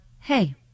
hey